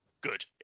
good